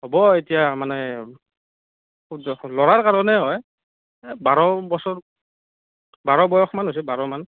হ'ব এতিয়া মানে ল'ৰাৰ কাৰণে হয় এ বাৰ বছৰ বাৰ বয়সমান হৈছে বাৰমান